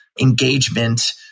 engagement